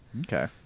Okay